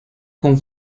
con